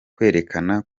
kwerekana